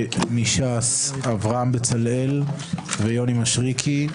ש"ס אברהם בצלאל ויוני משריקי,